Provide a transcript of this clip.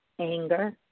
Anger